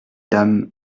dames